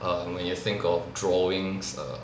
err when you think of drawings err